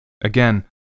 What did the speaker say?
again